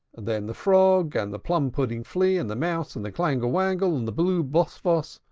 then the frog, and the plum-pudding flea, and the mouse, and the clangle-wangle, and the blue boss-woss,